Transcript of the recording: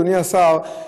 אדוני השר,